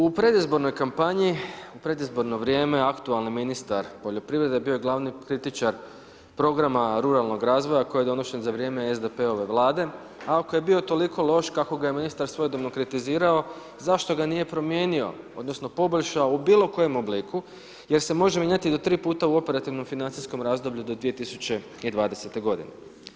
U predizbornoj kampanji, u predizborno vrijeme, aktualni ministar poljoprivrede bio je glavni kritičar programa ruralnog razvoja koji je donesen za vrijeme SDP-ove Vlade a ako je bio toliko loš kako ga je ministar svojedobno kritizirao zašto ga nije promijenio, odnosno poboljšao u bilo kojem obliku jer se može mijenjati do tri puta u operativnom financijskom razdoblju do 2020. godine.